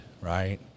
right